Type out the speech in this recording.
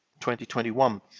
2021